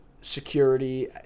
security